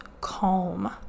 calm